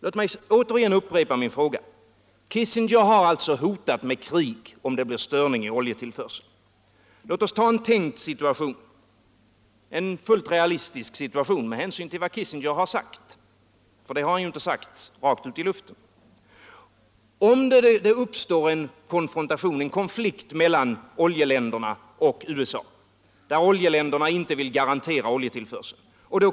Låt mig upprepa min fråga. Kissinger har alltså hotat med krig om det blir störningar i oljetillförseln. Låt oss ta en tänkt situation, en fullt realistisk situation med hänsyn till vad Kissinger har sagt - och det har han ju inte sagt rakt ut i luften. Det uppstår en konfrontation, en konflikt mellan oljeländerna och USA, där oljeländerna inte vill garantera oljetillförseln.